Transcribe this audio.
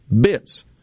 Bits